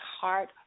heart